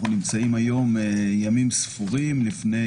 אנחנו נמצאים היום ימים ספורים לפני